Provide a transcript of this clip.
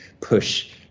push